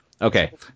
Okay